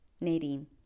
Nadine